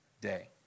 day